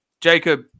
Jacob